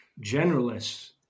generalists